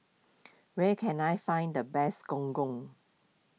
where can I find the best Gong Gong